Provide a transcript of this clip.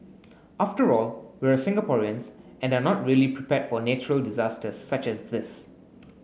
after all we're Singaporeans and are not really prepared for natural disasters such as this